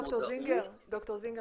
ד"ר זינגר,